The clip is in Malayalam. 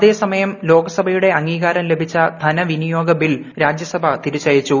അതേസമയം ലോക്സഭയുടെ അംഗീകാരം ലഭിച്ച ധനവിനിയോഗ ബിൽ രാജ്യസഭ തിരിച്ചയച്ചു